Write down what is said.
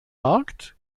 markt